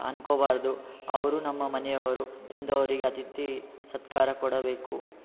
ಅನ್ಕೊಬಾರದು ಅವರು ನಮ್ಮ ಮನೆಯವರು ಎಂದು ಅವರಿಗೆ ಅತಿಥಿ ಸತ್ಕಾರ ಕೊಡಬೇಕು